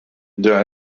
der